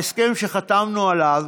ההסכם שחתמנו עליו